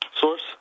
source